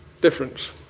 difference